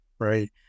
right